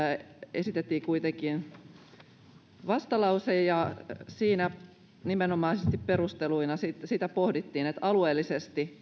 esitettiin kuitenkin vastalause siinä nimenomaisesti perusteluina pohdittiin sitä että alueellisesti